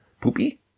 Poopy